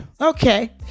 Okay